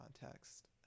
context